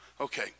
okay